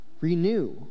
renew